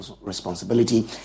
responsibility